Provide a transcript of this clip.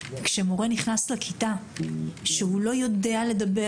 כשמורה נכנס לכיתה והוא לא יודע לדבר